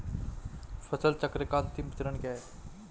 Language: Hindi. फसल चक्र का अंतिम चरण क्या है?